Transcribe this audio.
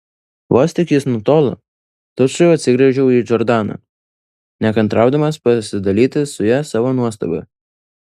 vos tik jis nutolo tučtuojau atsigręžiau į džordaną nekantraudamas pasidalyti su ja savo nuostaba